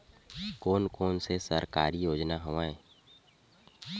कोन कोन से सरकारी योजना हवय?